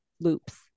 loops